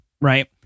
right